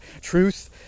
truth